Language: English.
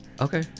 Okay